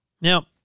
Now